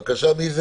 כן.